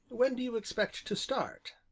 when do you expect to start?